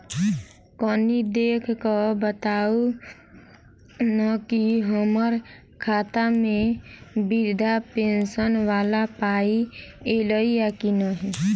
कनि देख कऽ बताऊ न की हम्मर खाता मे वृद्धा पेंशन वला पाई ऐलई आ की नहि?